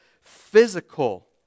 physical